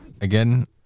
again